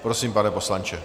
Prosím, pane poslanče.